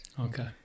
Okay